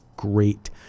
Great